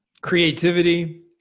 creativity